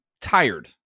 tired